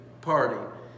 party